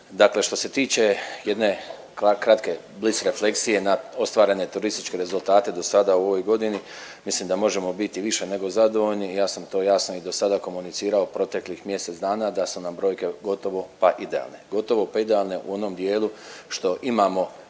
što se tiče jedne kratke bliske fleksije na ostvarene turističke rezultate dosada u ovoj godini mislim da možemo biti više nego zadovoljni, ja sam to jasno i dosada komunicirao proteklih mjesec dana da su nam brojke gotovo pa idealne, gotovo